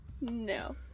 No